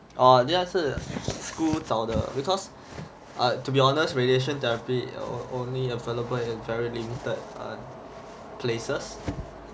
orh this one 是 school 找的 because err to be honest radiation therapy err only available in very limited places